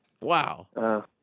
Wow